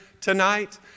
tonight